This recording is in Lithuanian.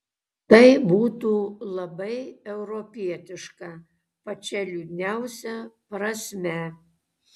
tai būtų labai europietiška pačia liūdniausia prasme